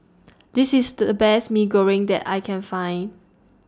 This IS The Best Mee Goreng that I Can Find